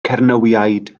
cernywiaid